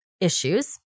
issues